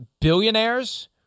billionaires